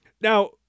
Now